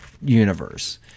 universe